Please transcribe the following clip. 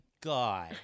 God